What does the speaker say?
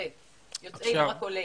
יוצאי אתיופיה.